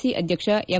C ಅಧ್ಯಕ್ಷ M